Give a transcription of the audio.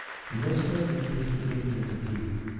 you must let me take it with me to butte.